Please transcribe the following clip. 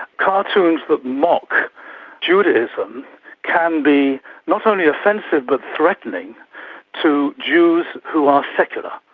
cartoons that mock judaism can be not only offensive but threatening to jews who are secular,